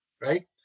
right